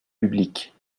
publiques